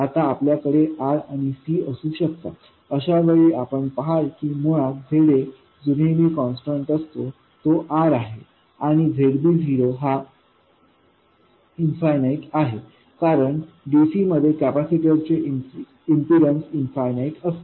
आता आपल्याकडे R आणि C असू शकतात अशा वेळी आपण पहाल की मुळात Za जो नेहमी कॉन्स्टंट असतो तो R आहे आणि Zb हा इन्फनिट आहे कारण dc मध्ये कॅपेसिटर चे इम्पीडन्स इन्फनिट असते